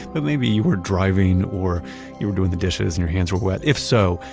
but maybe you were driving or you were doing the dishes and your hands were wet. if so,